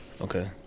Okay